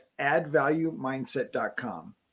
AddValueMindset.com